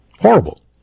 Horrible